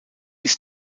ist